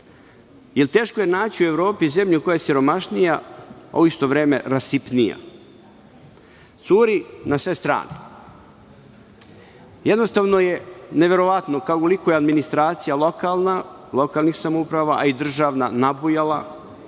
Jer, teško je naći u Evropi zemlju koja je siromašnija, a u isto vreme rasipnija. Curi na sve strane. Jednostavno je neverovatno, kao u liku je administracija lokalnih samouprava, a i državna nabujala